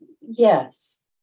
Yes